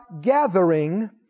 gathering